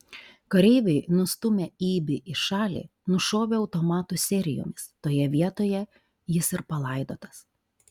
kareiviai nustūmę ibį į šalį nušovė automatų serijomis toje vietoje jis ir palaidotas